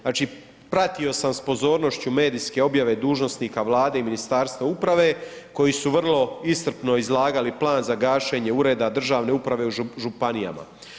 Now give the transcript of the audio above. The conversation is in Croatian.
Znači pratio sam s pozornošću medijske objave dužnosnika Vlade i Ministarstva uprave koji su vrlo iscrpno izlagali plan za gašenje ureda državne uprave u županijama.